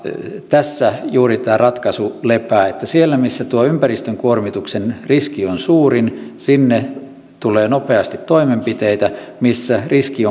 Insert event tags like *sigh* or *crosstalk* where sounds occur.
tässä tämä ratkaisu lepää että sinne missä tuo ympäristön kuormituksen riski on suurin tulee nopeasti toimenpiteitä ja missä riski *unintelligible*